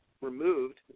removed